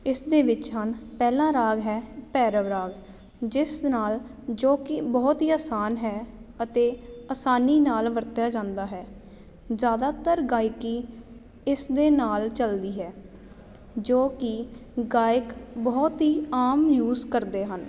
ਇਸਦੇ ਵਿੱਚ ਹਨ ਪਹਿਲਾ ਰਾਗ ਹੈ ਭੈਰਵ ਰਾਗ ਜਿਸ ਨਾਲ ਜੋ ਕਿ ਬਹੁਤ ਹੀ ਆਸਾਨ ਹੈ ਅਤੇ ਆਸਾਨੀ ਨਾਲ ਵਰਤਿਆ ਜਾਂਦਾ ਹੈ ਜ਼ਿਆਦਾਤਰ ਗਾਇਕੀ ਇਸ ਦੇ ਨਾਲ ਚੱਲਦੀ ਹੈ ਜੋ ਕਿ ਗਾਇਕ ਬਹੁਤ ਹੀ ਆਮ ਯੂਜ ਕਰਦੇ ਹਨ